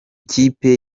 kipe